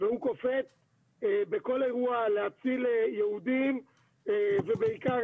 והוא קופץ בכל אירוע להציל יהודים ובעיקר